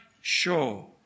sure